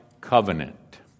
covenant